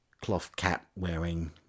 cloth-cap-wearing